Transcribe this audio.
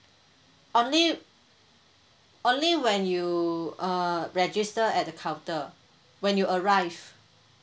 only only when you uh register at the counter when you arrive